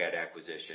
acquisition